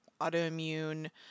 autoimmune